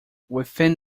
within